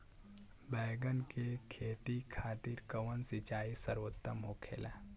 बैगन के खेती खातिर कवन सिचाई सर्वोतम होखेला?